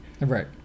Right